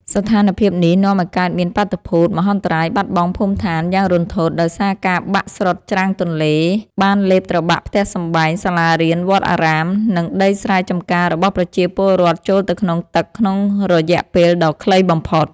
ស្ថានភាពនេះនាំឱ្យកើតមានបាតុភូត មហន្តរាយបាត់បង់ភូមិឋាន យ៉ាងរន្ធត់ ដោយសារការបាក់ស្រុតច្រាំងទន្លេបានលេបត្របាក់ផ្ទះសម្បែង សាលារៀន វត្តអារាម និងដីស្រែចម្ការរបស់ប្រជាពលរដ្ឋចូលទៅក្នុងទឹកក្នុងរយៈពេលដ៏ខ្លីបំផុត។